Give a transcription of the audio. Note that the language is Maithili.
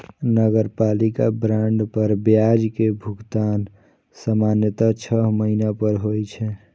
नगरपालिका बांड पर ब्याज के भुगतान सामान्यतः छह महीना पर होइ छै